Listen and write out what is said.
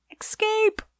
Escape